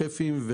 השפים,